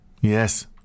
Yes